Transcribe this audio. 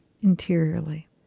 interiorly